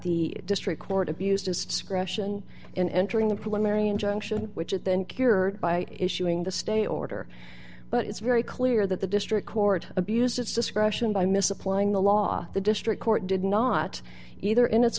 the district court abused its discretion in entering the preliminary injunction which it then cured by issuing the stay order but it's very clear that the district court abused its discretion by misapplying the law the district court did not either in it